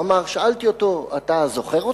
הוא אמר: שאלתי אותו: אתה זוכר אותי?